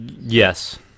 Yes